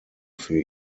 für